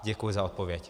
Děkuji za odpověď.